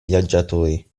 viaggiatori